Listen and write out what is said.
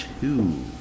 two